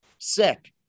Sick